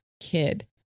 kid